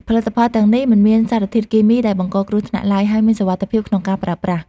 ផលិតផលទាំងនេះមិនមានសារធាតុគីមីដែលបង្កគ្រោះថ្នាក់ឡើយ ហើយមានសុវត្ថិភាពក្នុងការប្រើប្រាស់។